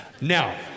Now